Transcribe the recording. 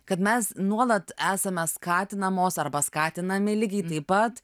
kad mes nuolat esame skatinamos arba skatinami lygiai taip pat